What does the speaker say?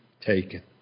taken